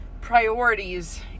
priorities